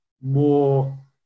More